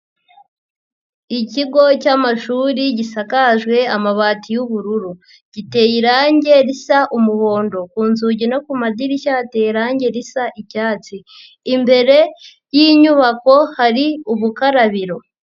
Ikigo cy'amashuri gisakajwe amabati y'ubururu. Giteye irange risa umuhondo. Ku nzugi no ku madirishya hateye irangi risa icyatsi. Imbere y'inyubako hari ubukarabiro.